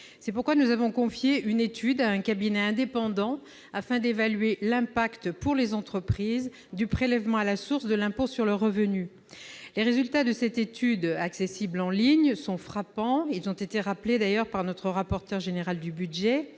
C'est pourquoi nous avons confié une étude à un cabinet indépendant afin d'évaluer l'impact, pour les entreprises, du prélèvement à la source de l'impôt sur le revenu. Les résultats de cette étude accessible en ligne sont frappants ; ils ont été rappelés, d'ailleurs, par le rapporteur général de notre